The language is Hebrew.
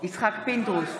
יצחק פינדרוס,